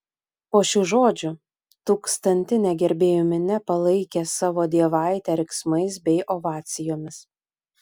po šių žodžių tūkstantinė gerbėjų minia palaikė savo dievaitę riksmais bei ovacijomis